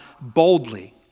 boldly